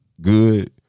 good